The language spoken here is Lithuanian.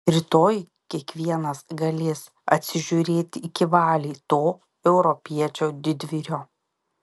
rytoj kiekvienas galės atsižiūrėti iki valiai to europiečio didvyrio